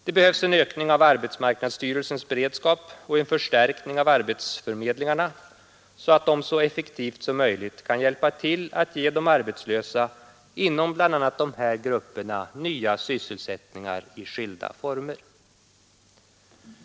Det behövs en ökning av arbetsmarknadsstyrelsens beredskap och en förstärkning av arbetsförmedlingarna, så att de så effektivt som möjligt kan hjälpa till att ge de arbetslösa inom bl.a. de här grupperna nya sysselsättningar i skilda former.